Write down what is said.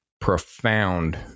profound